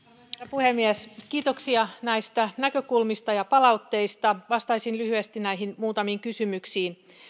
puhemies kiitoksia näistä näkökulmista ja palautteista vastaisin lyhyesti näihin muutamiin kysymyksiin